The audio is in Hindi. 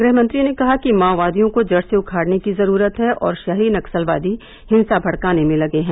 गृहमंत्री ने कहा कि माओवादियों को जड़ से उखाड़ने की जरूरत है और षहरी नक्सलवादी हिंसा भड़काने में लगे हैं